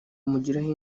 kumugiraho